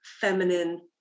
feminine